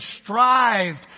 strived